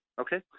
Okay